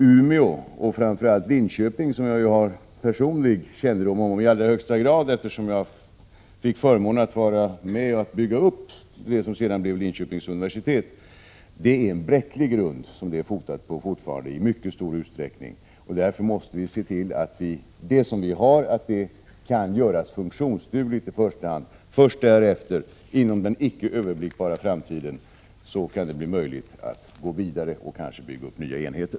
Umeå och framför allt Linköping, 26 maj 1987 som jag i allra högsta grad har personlig kännedom om, eftersom jag fick förmånen att vara med om att bygga upp det som sedan blev Linköpings universitet, står fortfarande i mycket stor utsträckning på en bräcklig grund. Därför måste vi i första hand se till att det vi har kan göras funktionsdugligt. Först därefter, inom den icke överblickbara framtiden, kan det bli möjligt att gå vidare och kanske bygga upp nya enheter: